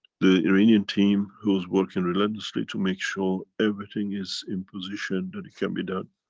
the iranian team who was working relentlessly to make sure everything is in position that it can be done.